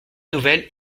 nouvelle